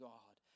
God